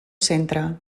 centre